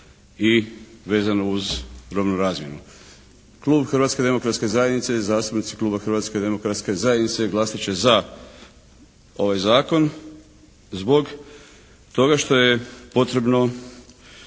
i vezano uz robnu razmjenu. Klub Hrvatske demokratske zajednice i zastupnici Kluba Hrvatske demokratske zajednice glasat će za ovaj zakon zbog toga što je potrebno